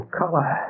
color